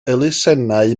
elusennau